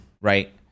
right